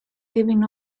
giving